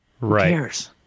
Right